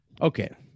Okay